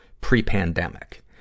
pre-pandemic